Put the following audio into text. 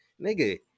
nigga